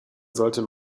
sollte